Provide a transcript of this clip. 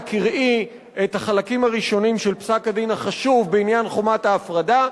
אנא קראי את החלקים הראשונים של פסק-הדין החשוב בעניין חומת ההפרדה.